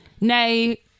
nay